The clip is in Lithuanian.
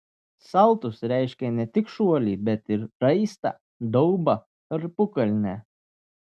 saltus reiškia ne tik šuolį bet ir raistą daubą tarpukalnę